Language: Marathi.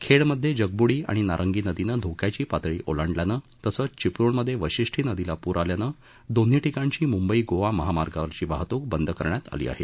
खेडमध्ये जगब्डी आणि नारंगी नदीनं धोक्याची पातळी ओलांडल्यानं तसंच चिपळूणमध्ये वाशिष्ठी नदीला प्र आल्यानं दोन्ही ठिकाणची म्ंबई गोवा महामार्गावरची वाहत्रक बंद करण्यात आली आहे